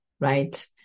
right